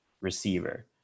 receiver